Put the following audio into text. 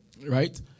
Right